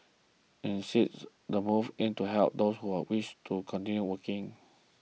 instead the move aims to help those who wish to continue working